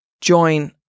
join